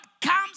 comes